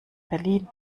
berlin